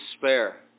despair